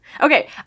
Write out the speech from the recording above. Okay